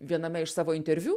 viename iš savo interviu